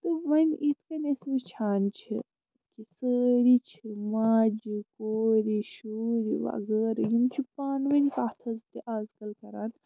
تہٕ وۄنۍ یِتھٕ کٔنۍ أسۍ وُچھان چھِ کہِ سٲری چھِ ماجہِ کورِ شُرۍ وغٲرٕ یِم چھِ پانہٕ وٕنۍ کَتھ حظ تہِ اَزکَل کران